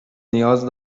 نیاز